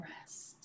rest